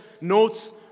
notes